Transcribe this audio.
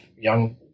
young